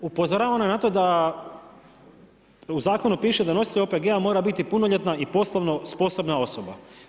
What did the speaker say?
Upozoravano je na to, da u zakonu piše da nositelj OPG-a mora biti punoljetna i poslovno sposobna osoba.